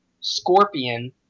Scorpion